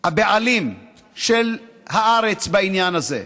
הבעלים של הארץ, בעניין הזה.